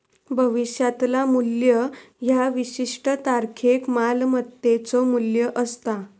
भविष्यातला मू्ल्य ह्या विशिष्ट तारखेक मालमत्तेचो मू्ल्य असता